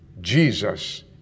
Jesus